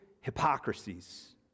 hypocrisies